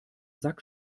sack